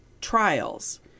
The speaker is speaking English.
trials